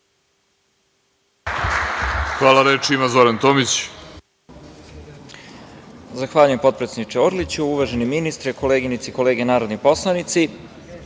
Hvala. Reč ima Zoran Tomić.